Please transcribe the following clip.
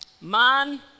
Man